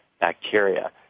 bacteria